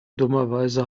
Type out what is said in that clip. dummerweise